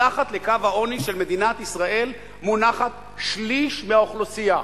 מתחת לקו העוני של מדינת ישראל מונחת שליש מהאוכלוסייה.